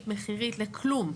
מחירית לכלום.